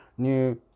new